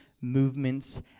movements